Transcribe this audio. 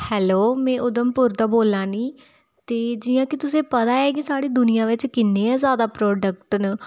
hello में उधमपुर दा बोल्लै निं ते जियां कि तुसेंगी पता ऐ कि साढ़ा दुनिया बिच्च किन्ने गे ज़्यादा प्रोडक्ट न